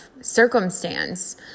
circumstance